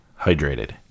hydrated